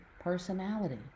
personality